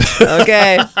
okay